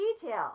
detail